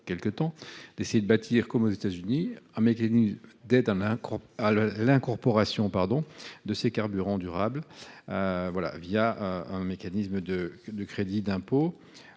quelque temps, comme aux États Unis, un mécanisme d’aide à l’incorporation de ces carburants durables un mécanisme de crédit d’impôt.